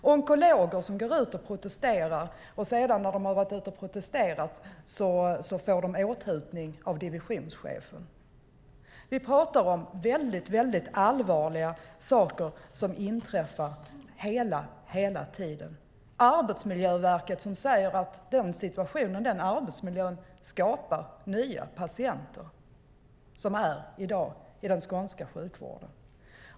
Det är onkologer som går ut och protesterar, och när de här varit ute och protesterat får de en åthutning av divisionschefen. Vi pratar om mycket allvarliga saker som inträffar hela tiden. Arbetsmiljöverket säger att den arbetsmiljön skapar nya patienter, som i dag finns i den skånska sjukvården.